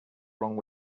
wrong